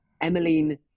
Emmeline